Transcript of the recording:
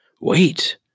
Wait